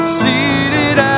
seated